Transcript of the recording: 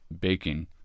baking